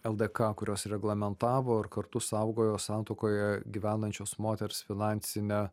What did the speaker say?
ldk kurios reglamentavo ir kartu saugojo santuokoje gyvenančios moters finansinę